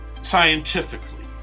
Scientifically